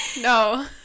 No